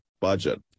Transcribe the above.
budget